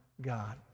God